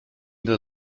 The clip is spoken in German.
der